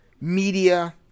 media